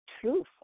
truth